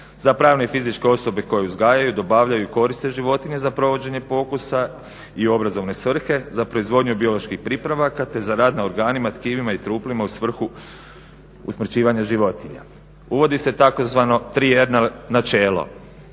Za pravne i fizičke osobe koje uzgajaju, dobavljaju, koriste životinje za provođenje pokusa i obrazovne svrhe, za proizvodnju bioloških pripravaka te za rad na organima, tkivima i truplima u svrhu usmrćivanja životinja. Uvodi se tzv. trijedno načelo